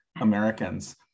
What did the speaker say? Americans